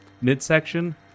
midsection